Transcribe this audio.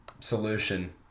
Solution